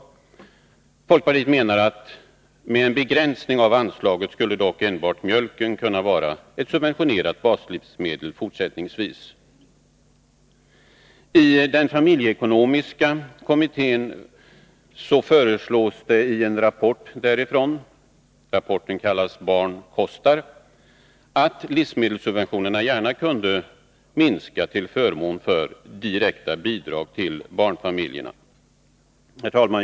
Folkpartiet menar att med en begränsning av anslaget skulle dock endast mjölken kunna vara ett subventionerat baslivsmedel fortsättningsvis. Den familjeekonomiska kommittén framhåller i en rapport, Barn kostar, att livsmedelssubventionerna gärna kunde minska till förmån för direkta bidrag till barnfamiljerna. Herr talman!